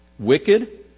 Wicked